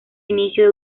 inicio